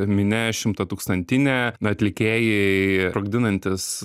minia šimtatūkstantinė atlikėjai sprokdinantys